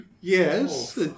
yes